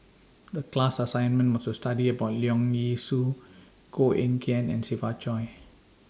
The class assignment was to study about Leong Yee Soo Koh Eng Kian and Siva Choy